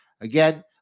Again